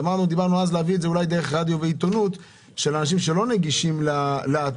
דיברנו אז על להביא את זה דרך רדיו ועיתונות לאנשים שאינם נגישים לאתר.